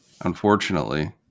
unfortunately